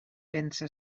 pensa